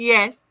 Yes